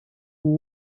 who